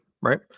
right